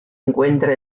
encuentra